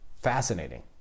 fascinating